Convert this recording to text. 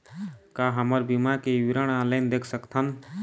का हमर बीमा के विवरण ऑनलाइन देख सकथन?